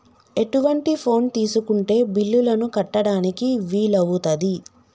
ఎటువంటి ఫోన్ తీసుకుంటే బిల్లులను కట్టడానికి వీలవుతది?